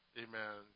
amen